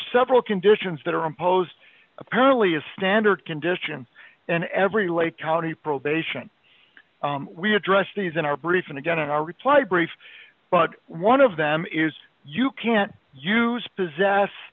several conditions that are imposed apparently a standard condition and every lake county probation we address these in our brief and again in our reply brief but one of them is you can't use possess